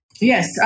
Yes